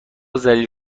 ذلیل